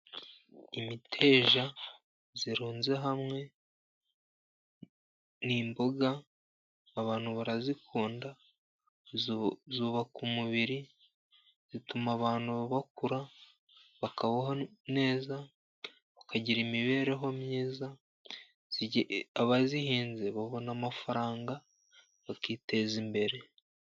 Imiteja irunze hamwe ni imboga. Abantu barazikunda, zubaka umubiri, zituma abantu bakura, bakabahoha neza, bakagira imibereho myiza. Abazihinze babona amafaranga bakiteza imbere.